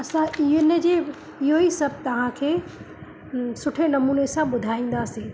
असां जी उन जे इहो ई सभु तव्हां सुठे नमूने सां ॿुधाईंदासीं